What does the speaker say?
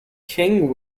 king